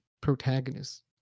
protagonist